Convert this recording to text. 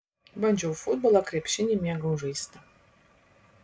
bandžiau futbolą krepšinį mėgau žaisti